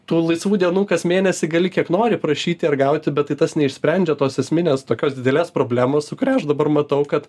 tų laisvų dienų kas mėnesį gali kiek nori prašyti ar gauti bet tai tas neišsprendžia tos esminės tokios didelės problemos su kurią aš dabar matau kad